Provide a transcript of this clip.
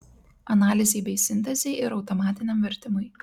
analizei bei sintezei ir automatiniam vertimui